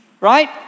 Right